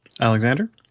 Alexander